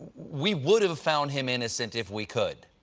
we would have found him innocent if we could,